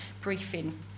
briefing